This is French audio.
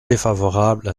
défavorable